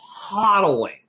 hodling